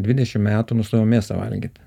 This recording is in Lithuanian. dvidešim metų nustojau mėsą valgyt